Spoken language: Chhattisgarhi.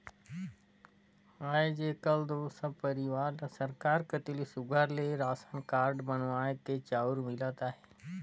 आएज काएल दो सब परिवार ल सरकार कती ले सुग्घर ले रासन कारड बनुवाए के चाँउर मिलत अहे